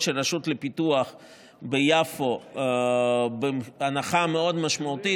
של רשות לפיתוח ביפו בהנחה מאוד משמעותית.